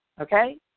okay